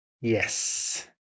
Yes